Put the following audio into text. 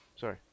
Sorry